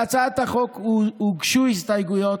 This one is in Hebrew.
להצעת החוק הוגשו הסתייגויות.